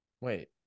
Wait